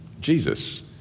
Jesus